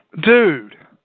Dude